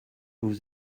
vous